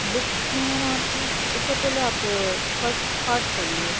books کیوں ہونا آپ کو اس سے پہلے آپ فسٹ پارٹ پڑھ لیے کا